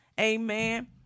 Amen